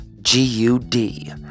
G-U-D